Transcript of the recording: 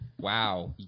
Wow